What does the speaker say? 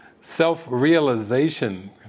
self-realization